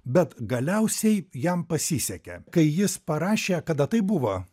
bet galiausiai jam pasisekė kai jis parašė kada tai buvo